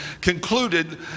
concluded